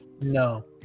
No